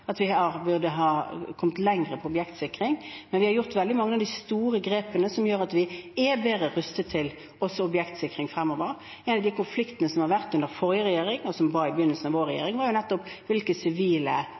at vi burde ha kommet lenger med objektsikring. Men vi har gjort veldig mange av de store grepene, som gjør at vi er bedre rustet for objektsikring også fremover. En av de konfliktene som var under forrige regjering, og som var i begynnelsen av vår